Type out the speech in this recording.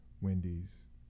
Wendy's